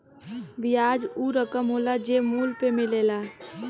बियाज ऊ रकम होला जे मूल पे मिलेला